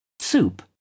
soup